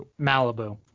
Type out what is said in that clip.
Malibu